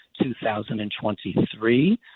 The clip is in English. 2023